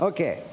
Okay